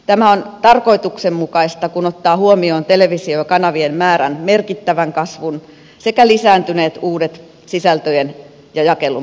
tämä on tarkoituksenmukaista kun ottaa huomioon televisiokanavien määrän merkittävän kasvun sekä lisääntyneet uudet sisältöjen jakelumahdollisuudet